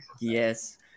Yes